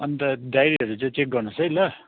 अनि त डायरीहरू चाहिँ चेक गर्नुहोस् है ल